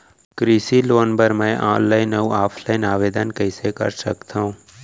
कृषि लोन बर मैं ऑनलाइन अऊ ऑफलाइन आवेदन कइसे कर सकथव?